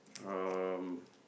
um